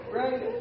right